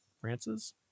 Frances